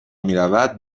میرود